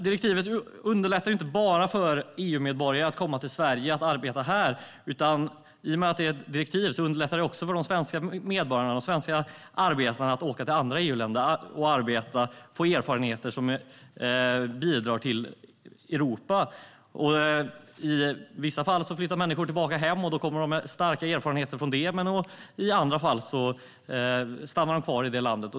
Direktivet underlättar inte bara för EU-medborgare att komma till Sverige för att arbeta. I och med att det är ett direktiv underlättar det också för svenska medborgare och arbetare att åka till andra EU-länder för att arbeta och få erfarenheter som bidrar till Europa. I vissa fall flyttar människor tillbaka hem med starka erfarenheter, men i andra fall stannar de kvar i landet.